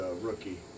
rookie